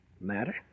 Matter